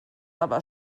aber